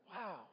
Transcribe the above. Wow